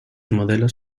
modelos